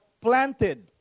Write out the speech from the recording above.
planted